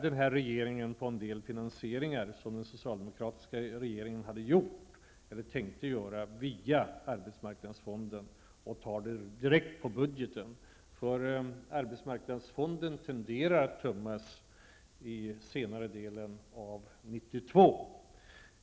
Den här regeringen ändrar på en del finansieringar som den socialdemokratiska regeringen hade gjort och tänkte göra via arbetsmarknadsfonden. Vi tar det direkt på budgeten. Arbetsmarknadsfonden tenderar att tömmas i senare delen av år 1992.